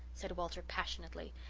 said walter passionately.